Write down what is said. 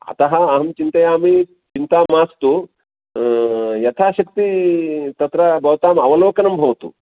अतः अहं चिन्तयामि चिन्ता मास्तु यथाशक्तिः तत्र भवतामवलोकनं भवतु